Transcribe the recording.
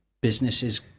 businesses